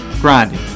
grinding